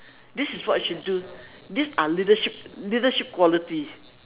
this is what you should do these are leadership leadership quality